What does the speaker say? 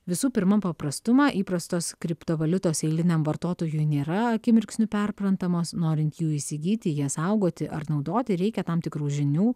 visų pirma paprastumą įprastos kriptovaliutos eiliniam vartotojui nėra akimirksniu perprantamos norint jų įsigyti jas saugoti ar naudoti reikia tam tikrų žinių